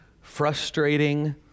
frustrating